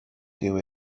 dyw